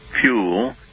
fuel